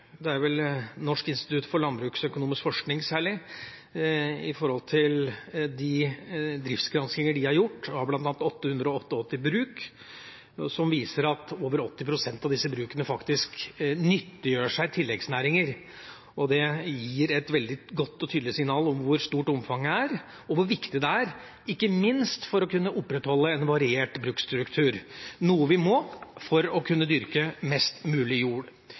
brukene nyttiggjør seg av tilleggsnæringer. Det gir et veldig godt og tydelig signal om hvor stort omfanget er, og hvor viktig det er, ikke minst for å kunne opprettholde en variert bruksstruktur, noe vi må for å kunne dyrke mest mulig jord.